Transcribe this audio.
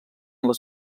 les